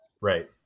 Right